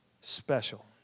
special